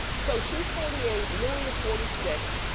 so she's forty eight, louis is forty six.